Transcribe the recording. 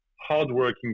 hardworking